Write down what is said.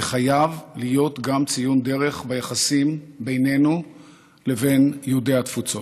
וחייב להיות גם ציון דרך ביחסים בינינו לבין יהודי התפוצות.